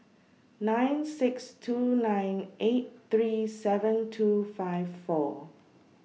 nine six two nine eight three seven two five four